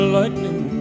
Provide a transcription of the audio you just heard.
lightning